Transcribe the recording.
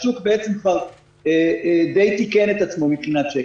השוק בעצם כבר דיי תיקן את עצמו מבחינת צ'ק.